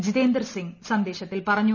ജിതേന്ദർ സിംഗ് സന്ദേശത്തിൽ പറഞ്ഞു